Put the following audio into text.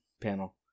panel